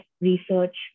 research